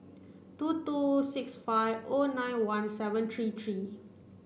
two two six five O nine one seven three three